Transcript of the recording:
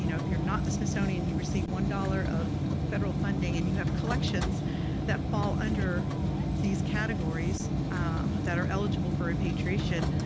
you know if you're not the smithsonian and you receive one dollars of federal funding and you have collections that fall under these categories um that are eligible for repatriation,